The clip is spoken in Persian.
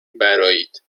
برآیید